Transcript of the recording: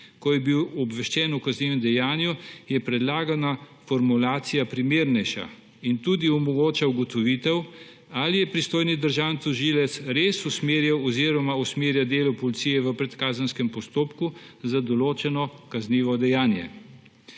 ko je bil obveščen o kaznivem dejanju, je predlagana formulacija primernejša in tudi omogoča ugotovitev, ali je pristojni državni tožilec res usmerjal oziroma usmerja delo policije v predkazenskem postopku za določeno kaznivo dejanje.